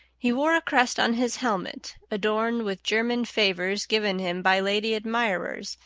he wore a crest on his helmet adorned with german favors given him by lady admirers,